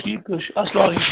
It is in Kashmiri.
ٹھیٖک حظ چھِ اَسلامُ علیکُم